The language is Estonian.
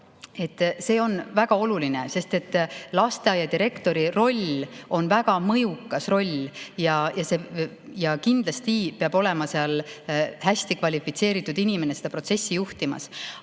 See on väga oluline, sest lasteaia direktori roll on väga mõjukas roll ja kindlasti peab seal kõrgelt kvalifitseeritud inimene seda protsessi juhtima.